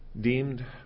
deemed